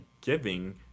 giving –